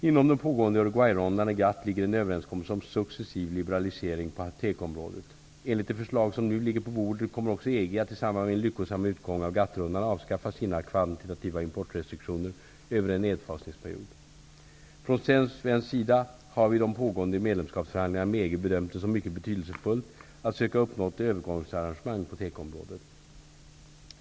Inom den pågående Uruguayrundan i GATT ligger en överenskommelse om successiv liberalisering på tekoområdet. Enligt det förslag som nu ligger på bordet kommer också EG att i samband med en lyckosam utgång av GATT-rundan avskaffa sina kvantitativa importrestriktioner över en nedfasningsperiod. Från svensk sida har vi i de pågående medlemskapsförhandlingarna med EG bedömt det som mycket betydelsefullt att söka uppnå ett övergångsarrangemang på tekoområdet.